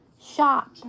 shop